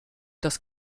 das